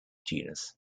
genus